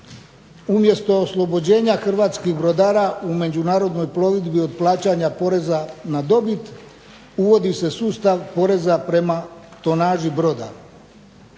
umjesto oslobođenja Hrvatskih brodara u međunarodnoj plovidbi od plaćanja poreza na dobit uvodi se sustav poreza prema tonaži broda.